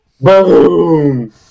boom